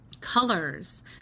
colors